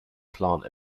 plant